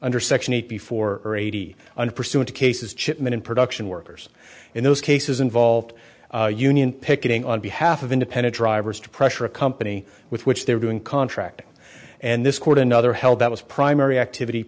under section eight before or eighty one percent of cases chipman in production workers in those cases involved union picketing on behalf of independent drivers to pressure a company with which they are doing contracting and this court another held that was primary activity